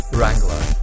Wrangler